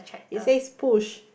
he says push